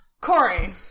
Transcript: Corey